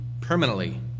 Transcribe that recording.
permanently